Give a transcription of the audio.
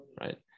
right